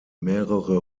mehrere